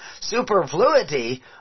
superfluity